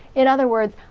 in other words,